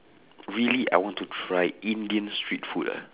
really I want to try indian street food ah